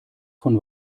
von